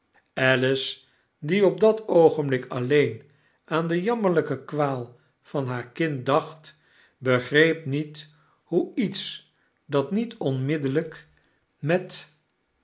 alice die op dat oogenblik alleen aan de jammerlijke kwaal van haar kind dacht begreep niet hoe iets dat niet onmiddellijk met